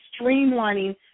streamlining